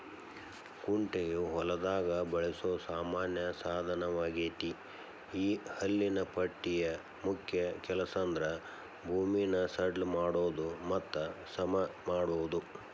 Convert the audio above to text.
ಕುಂಟೆಯು ಹೊಲದಾಗ ಬಳಸೋ ಸಾಮಾನ್ಯ ಸಾದನವಗೇತಿ ಈ ಹಲ್ಲಿನ ಪಟ್ಟಿಯ ಮುಖ್ಯ ಕೆಲಸಂದ್ರ ಭೂಮಿನ ಸಡ್ಲ ಮಾಡೋದು ಮತ್ತ ಸಮಮಾಡೋದು